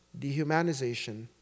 dehumanization